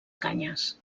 canyes